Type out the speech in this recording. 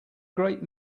great